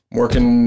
working